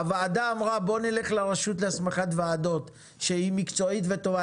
הוועדה אמרה: בואו נלך לרשות להסמכת מעבדות שהיא מקצועית וטובה.